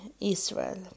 Israel